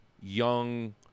young